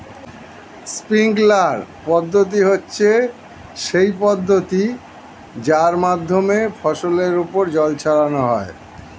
sprinkler পদ্ধতি হচ্ছে সেই পদ্ধতি যার মাধ্যমে ফসলের ওপর জল ছড়ানো হয়